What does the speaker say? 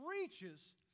reaches